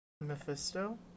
Mephisto